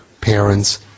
parents